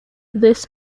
this